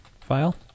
file